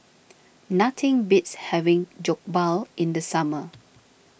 nothing beats having Jokbal in the summer